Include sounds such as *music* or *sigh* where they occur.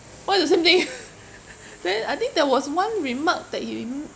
why the same thing *laughs* then I think there was one remark that he